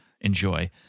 Enjoy